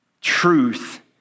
Truth